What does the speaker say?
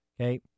okay